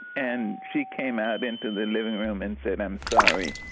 and she came out into the living room and said, i'm sorry,